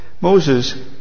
Moses